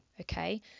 okay